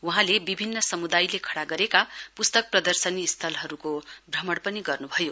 वहाँले विभिन्न समुदायले खड़ा गरेका पुस्तक प्रदर्शनी स्थलहरुको भ्रमण गर्नुभयो